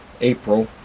April